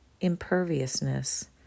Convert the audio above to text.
imperviousness